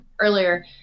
earlier